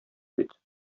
бит